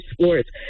sports